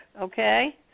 okay